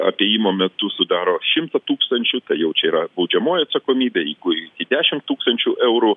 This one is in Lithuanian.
atėjimo metu sudaro šimtą tūkstančių tai jau čia yra baudžiamoji atsakomybė jeigu iki dešim tūkstančių eurų